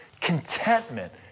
Contentment